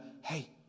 hey